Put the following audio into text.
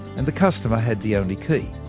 and the customer had the only key.